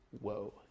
Whoa